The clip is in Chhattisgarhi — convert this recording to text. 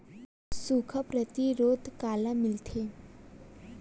सुखा प्रतिरोध कामा मिलथे?